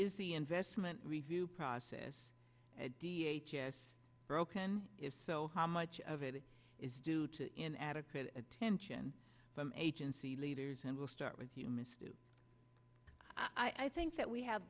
is the investment review process as broken is so how much of it is due to inadequate attention from agency leaders and we'll start with you mr i think that we have